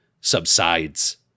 subsides